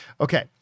Okay